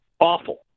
awful